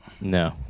no